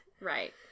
right